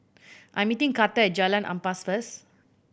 I am meeting Carter at Jalan Ampas first